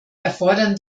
erfordern